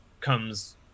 comes